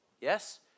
Yes